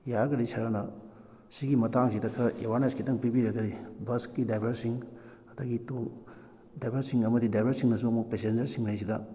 ꯌꯥꯔꯒꯗꯤ ꯁꯥꯔꯅ ꯁꯤꯒꯤ ꯃꯇꯥꯡꯁꯤꯗ ꯈꯔ ꯑꯦꯋꯥꯔꯅꯦꯁ ꯈꯤꯇꯪ ꯄꯤꯕꯤꯔꯒꯗꯤ ꯕꯁꯀꯤ ꯗ꯭ꯔꯥꯏꯚꯔꯁꯤꯡ ꯑꯗꯒꯤ ꯗ꯭ꯔꯥꯏꯚꯔꯁꯤꯡ ꯑꯃꯗꯤ ꯗ꯭ꯔꯥꯏꯚꯔꯁꯤꯡꯅꯁꯨ ꯄꯦꯁꯦꯟꯖꯔꯉꯩꯁꯤꯗ